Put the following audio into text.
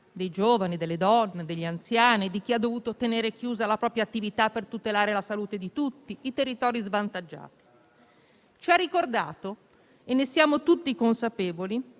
dei giovani, delle donne, degli anziani, di chi ha dovuto tenere chiusa la propria attività per tutelare la salute di tutti e i territori svantaggiati. Ci ha ricordato - e ne siamo tutti consapevoli